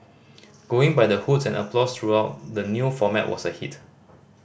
going by the hoots and applause throughout the new format was a hit